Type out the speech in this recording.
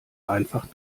einfach